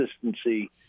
consistency